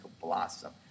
blossom